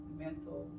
mental